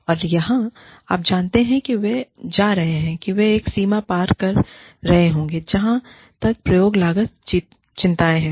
और जहां आप जानते हैं वे जा रहे हैं वे एक सीमा पार कर रहे होंगे जहां तक प्रयोग लागत चिंताएं हैं